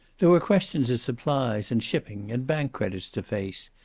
there were questions of supplies and shipping and bank credits to face,